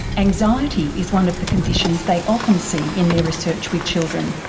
anxiety is one of the conditions they often see in their research with children.